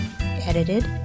Edited